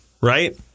right